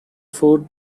food